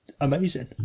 amazing